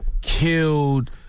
killed